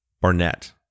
Barnett